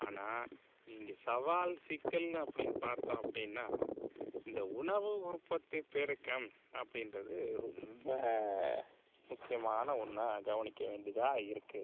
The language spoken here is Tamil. ஆனால் இங்கே சவால் சிக்கல்னு அப்படினு பார்த்தோம் அப்படினா இந்த உணவு உற்பத்தி பெருக்கம் அப்படின்றது ரொம்ப முக்கியமான ஒன்றா கவனிக்க வேண்டியதாக இருக்குது